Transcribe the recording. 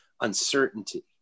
uncertainty